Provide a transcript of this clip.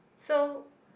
so